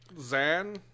Zan